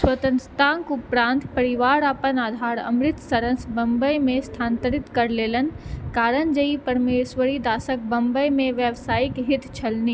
स्वतन्त्रताक उपरान्त परिवार अपन आधार अमृतसरसँ बम्बइमे स्थानान्तरित कऽ लेलनि कारण जे परमेश्वरिदासक बम्बइमे व्यावसायिक हित छलनि